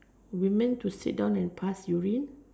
women to sit down and pass urine